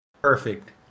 Perfect